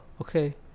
okay